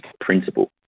principle